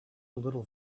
little